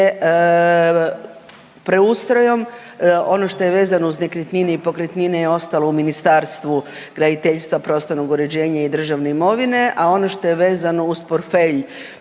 preustrojem ono što je vezano uz nekretnine i pokretnine ostalo u Ministarstvu graditeljstva, prostornog uređenja i državne imovine, a ono što je vezano uz portfelj